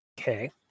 Okay